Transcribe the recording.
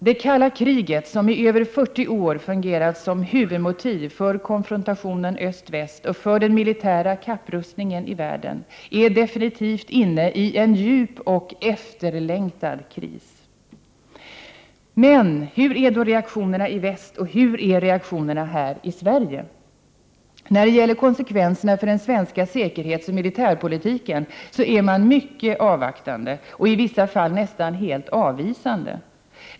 Det kalla kriget som i över 40 år fungerat som huvudmotiv för konfrontationen öst-väst och för den militära kapprustningen i världen är definitivt inne i en djup och efterlängtad kris. Hur är då reaktionerna i väst? Hur är reaktionerna här i Sverige? När det gäller konsekvenserna för den svenska säkerhetsoch militärpolitiken så är man mycket avvaktande, i vissa fall nästan avvisande.